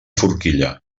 forquilla